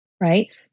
right